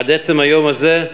עד עצם היום הזה,